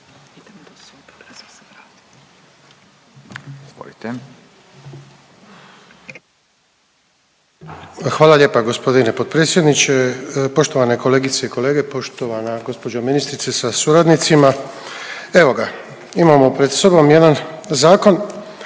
Hvala lijepa gospodine potpredsjedniče. Poštovane kolegice i kolege, poštovana gospođo ministrice sa suradnicima, evo ga imamo pred sobom jedan zakon